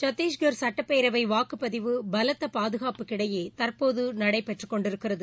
சத்தீஸ்கர் சட்டப்பேரவை வாக்குப்பதிவு பலத்த பாதுகாப்புக்கிடையே தற்போது நடைபெற்றுக்கொண்டிருக்கிறது